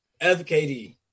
FKD